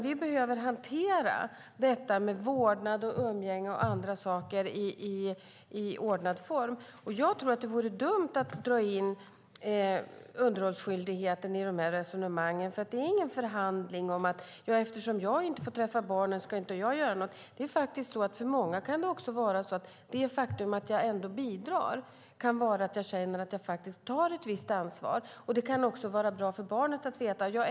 Vi behöver hantera detta med vårdnad, umgänge och andra saker i ordnad form. Det vore dumt att dra in underhållsskyldigheten i resonemangen. Det är ingen förhandling där man säger: Eftersom jag inte får träffa barnen ska jag inte göra något. För många kan det också vara så att det faktum att de ändå bidrar kan göra att de känner att de tar ett visst ansvar. Det kan även vara bra för barnet att veta.